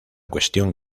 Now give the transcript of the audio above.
cuestión